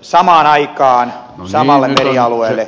samaan aikaan samalle merialueelle